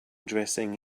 dressing